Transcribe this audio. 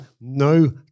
no